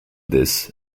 this